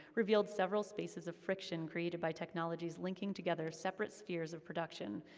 revealed several spaces of friction created by technology's linking together separate spheres of production,